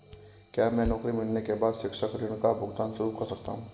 क्या मैं नौकरी मिलने के बाद शिक्षा ऋण का भुगतान शुरू कर सकता हूँ?